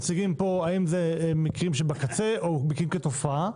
השאלה היא כשמציגים פה האם אלה מקרים שבקצה או מקרים כתופעה,